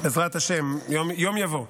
בעזרת השם, יום יבוא.